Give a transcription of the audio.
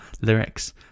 lyrics